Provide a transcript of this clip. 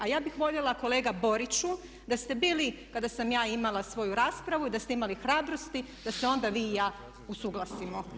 A ja bih voljela kolega Boriću da ste bili kada sam ja imala svoju raspravu i da ste imali hrabrosti da se onda vi i ja usuglasimo.